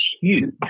huge